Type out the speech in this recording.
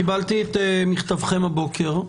קיבלתי את מכתבכם הבוקר,